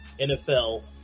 NFL